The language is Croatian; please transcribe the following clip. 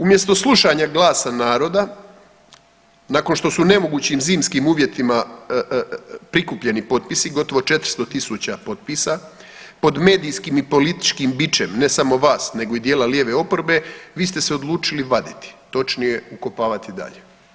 Umjesto slušanja glasa naroda nakon što su u nemogućim zimskim uvjetima prikupljeni potpisi, gotovo 400.000 potpisa pod medijskim i političkim bičem ne samo vas nego i dijela lijeve oporbe vi ste se odlučili vaditi, točnije ukopavati dalje.